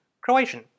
Croatian